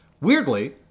weirdly